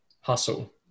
Hustle